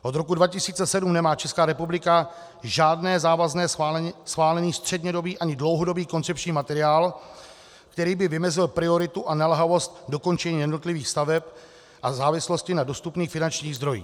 Od roku 2007 nemá Česká republika žádný závazně schválený střednědobý ani dlouhodobý koncepční materiál, který by vymezil prioritu a naléhavost dokončení jednotlivých staveb v závislosti na dostupných finančních zdrojích.